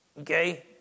okay